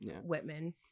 Whitman